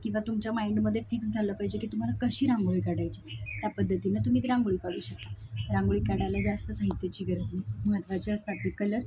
किंवा तुमच्या माईंडमध्ये फिक्स झालं पाहिजे की तुम्हाला कशी रांगोळी काढायची आहे त्या पद्धतीनं तुम्ही एक रांगोळी काढू शकता रांगोळी काढायला जास्त साहित्याची गरज नाही महत्त्वाचे असतात ते कलर